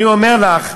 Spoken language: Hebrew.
אני אומר לך,